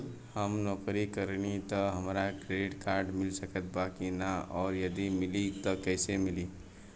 हम नौकरी करेनी त का हमरा क्रेडिट कार्ड मिल सकत बा की न और यदि मिली त कैसे मिली?